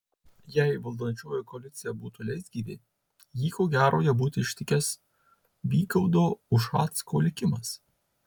jei valdančioji koalicija būtų leisgyvė jį ko gero jau būtų ištikęs vygaudo ušacko likimas